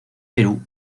perú